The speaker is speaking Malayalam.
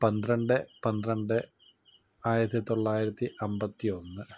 പന്ത്രണ്ട് പന്ത്രണ്ട് ആയിരത്തിത്തൊള്ളായിരത്തി അമ്പത്തി ഒന്ന്